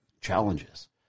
challenges